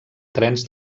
trens